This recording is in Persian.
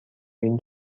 این